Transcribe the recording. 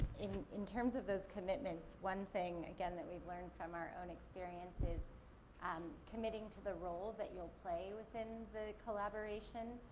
in in terms of those commitments, one thing, again, that we've learned from our own experience is um committing to the role that you'll play within the collaboration.